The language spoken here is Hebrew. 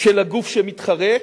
של הגוף שמתחרה,